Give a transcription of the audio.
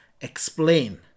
explain